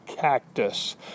cactus